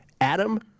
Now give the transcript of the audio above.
Adam